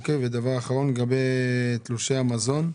אוקיי, ודבר אחרון, לגבי תלושי המזון.